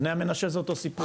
בני המנשה זה אותו סיפור.